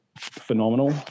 phenomenal